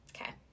Okay